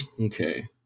okay